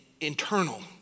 internal